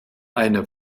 eine